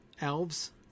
elves